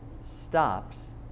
stops